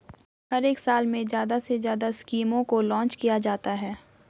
हर एक साल में ज्यादा से ज्यादा स्कीमों को लान्च किया जाता है